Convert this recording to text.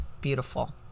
Beautiful